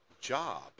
job